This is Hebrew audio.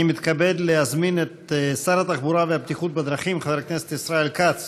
אני מתכבד להזמין את שר התחבורה והבטיחות בדרכים חבר הכנסת ישראל כץ